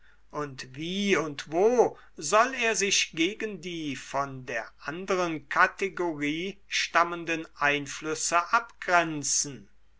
und wie und wo soll er sich gegen die von der anderen kategorie stammenden einflüsse abgrenzen